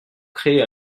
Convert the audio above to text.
créez